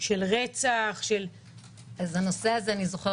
של רצח --- אני זוכרת שהנושא הזה עלה